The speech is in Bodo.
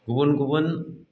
गुबुन गुबुन